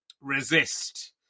resist